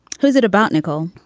who's it about nicole?